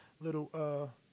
little